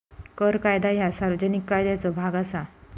कर कायदा ह्या सार्वजनिक कायद्याचो भाग असा